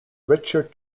richard